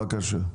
בבקשה.